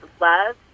love